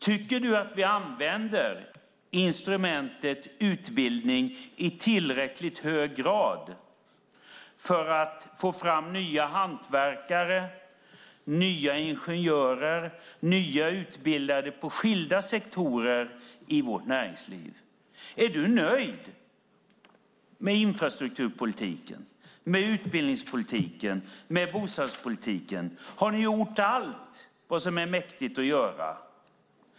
Tycker du att vi använder instrumentet utbildning i tillräckligt hög grad för att få fram nya hantverkare, nya ingenjörer, nya utbildade på skilda sektorer i vårt näringsliv? Är du nöjd med infrastrukturpolitiken, med utbildningspolitiken, med bostadspolitiken? Har ni gjort allt vad ni mäktar att göra?